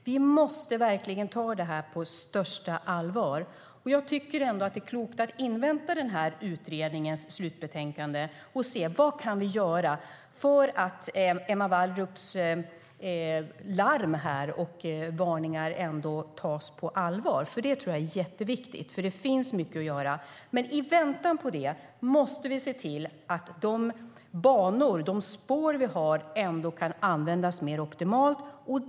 Vi måste verkligen ta det på största allvar. Fru talman!